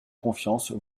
confiance